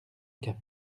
cap